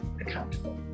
accountable